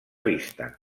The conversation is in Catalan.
vista